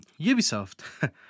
Ubisoft